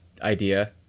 idea